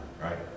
right